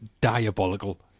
diabolical